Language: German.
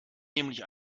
nämlich